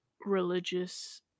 religious